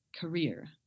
career